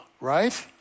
right